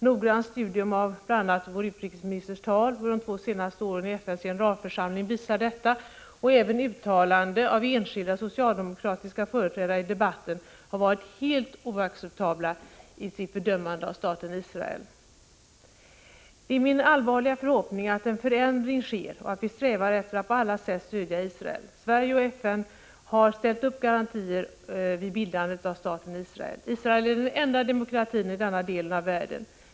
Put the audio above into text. Noggrant studium av bl.a. vår utrikesministers tal de två senaste åren i FN:s generalförsamling visar detta. Även uttalanden av enskilda socialdemokratiska företrädare i debatten har varit helt oacceptabla i sina fördömanden av staten Israel. Det är min allvarliga förhoppning att en förändring sker och att vi strävar efter att på alla sätt stödja Israel. Sverige och FN har ställt upp garantier vid bildandet av staten Israel. Israel är den enda demokratin i denna del av världen.